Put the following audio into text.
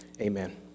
amen